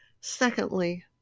Secondly